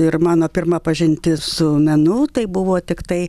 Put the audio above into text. ir mano pirma pažintis su menu tai buvo tiktai